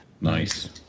Nice